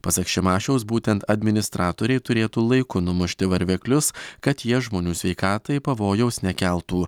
pasak šimašiaus būtent administratoriai turėtų laiko numušti varveklius kad jie žmonių sveikatai pavojaus nekeltų